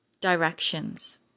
directions